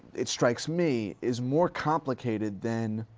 it strikes me, is more complicated than